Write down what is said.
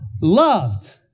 loved